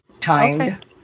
timed